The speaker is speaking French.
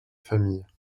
famille